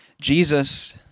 Jesus